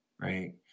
right